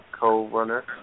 co-runner